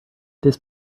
this